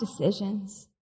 decisions